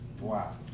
Wow